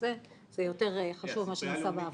זה יותר חשוב מה שנעשה בעבר.